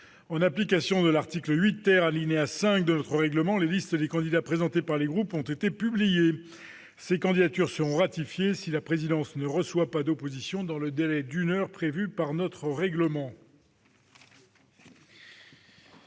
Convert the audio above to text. En application de l'article 8 , alinéa 5 de notre règlement, les listes des candidats présentés par les groupes ont été publiées. Ces candidatures seront ratifiées si la présidence ne reçoit pas d'opposition dans le délai d'une heure prévu par notre règlement.